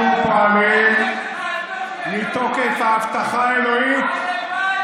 אנחנו פועלים מתוקף ההבטחה האלוהית.